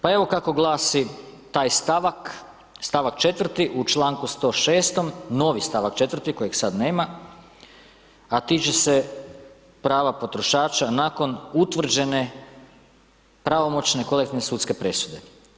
Pa evo kako glasi taj stavak, st. 4. u čl. 106., novi stavak 4. kojeg sada nema a tiče se prava potrošača nakon utvrđene pravomoćne kolektivne sudske presude.